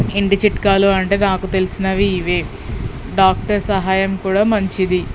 ఇంటి చిట్కాలు అంటే నాకు తెలిసినవి ఇవే డాక్టర్ సహాయం కూడా మంచిది